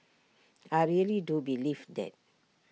I really do believe that